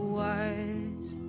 wise